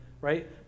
right